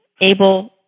able